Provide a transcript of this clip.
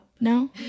No